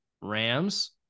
Rams